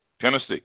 Tennessee